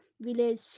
village